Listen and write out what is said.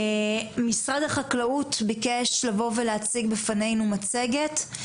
משרד החקלאות ביקש לבוא ולהציג בפנינו מצגת.